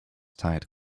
tired